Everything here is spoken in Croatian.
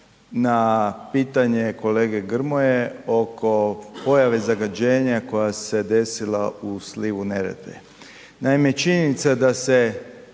na pitanje kolege Grmoje oko pojave zagađenja koja se desila u slivu Neretve. Naime, činjenica da se